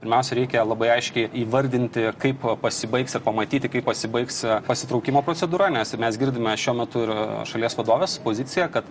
pirmiausia reikia labai aiškiai įvardinti kaip pasibaigs ir pamatyti kaip pasibaigs pasitraukimo procedūra nes mes girdime šiuo metu ir šalies vadovės poziciją kad